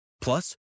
Plus